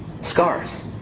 scars